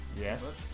Yes